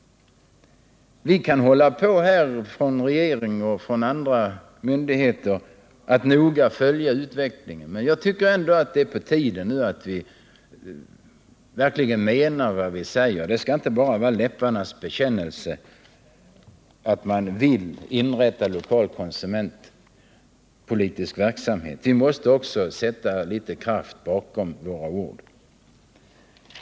Regering och myndigheter kan hålla på att noga följa denna utveckling, men jag anser att det är på tiden att vi verkligen menar vad vi säger. Att vi vill inrätta lokal konsumentpolitisk verksamhet skall inte bara vara en läpparnas bekännelse. Vi måste också sätta litet kraft bakom våra ord.